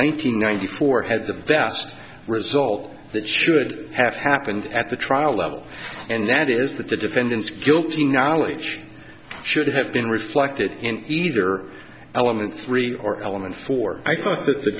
hundred ninety four had the best result that should have happened at the trial level and that is that the defendant's guilty knowledge should have been reflected in either element three or element four i thought that the